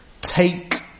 take